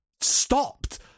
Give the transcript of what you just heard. stopped